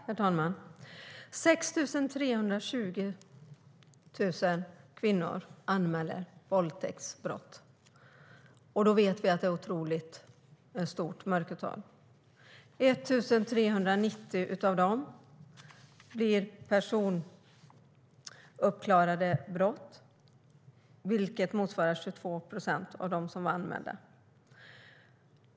Herr talman! 6 320 kvinnor anmäler våldtäktsbrott, och vi vet att det är otroligt stort mörkertal. 1 390 av dem blir personuppklarade, vilket motsvarar 22 procent av de anmälda.